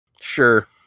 Sure